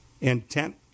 intent